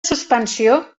suspensió